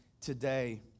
today